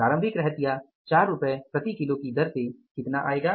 प्रारंभिक रहतिया 4 रुपये प्रति किलो की दर से कितना आएगा